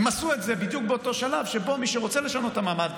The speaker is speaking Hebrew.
הם עשו את זה בדיוק באותו שלב שבו מי שרוצה לשנות את המעמד,